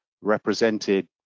represented